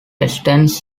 extends